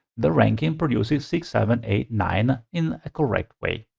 the ranking produces six seven, eight, nine in a correct way.